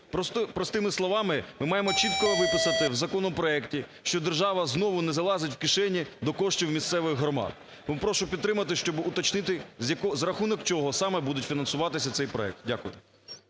Простими словами ми маємо чітко виписати в законопроекті, що держава знову не залазить в кишені до коштів місцевих громад. Прошу підтримати, щоб уточнити, за рахунок чого саме буде фінансуватися цей проект. Дякую.